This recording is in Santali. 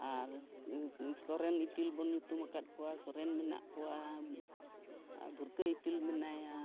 ᱟᱨ ᱥᱚᱨᱮᱱ ᱤᱛᱤᱞ ᱵᱚᱱ ᱧᱩᱛᱩᱢ ᱟᱠᱟᱫ ᱠᱚᱣᱟ ᱥᱚᱨᱮᱱ ᱢᱮᱱᱟᱜ ᱠᱚᱣᱟ ᱟᱨ ᱵᱷᱩᱨᱠᱟᱹ ᱤᱛᱤᱞ ᱢᱮᱱᱟᱭᱟ